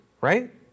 Right